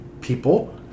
people